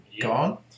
gone